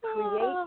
create